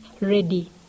ready